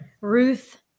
Ruth